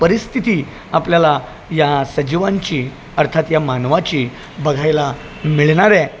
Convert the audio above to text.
परिस्थिती आपल्याला या सजीवांची अर्थात या मानवाची बघायला मिळणार आहे